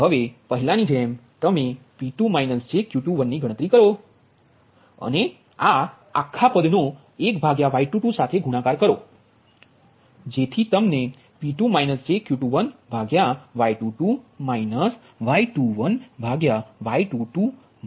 હવેપહેલા ની જેમ તમેP2 jQ21ની ગણતરી કરો અને આ આખા પદ નો 1Y22 સાથે ગુણાકાર કરો જેથી તમે P2 jQ21Y22 Y21Y22 Y23Y22ની ગણતરી કરો